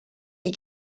est